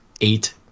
eight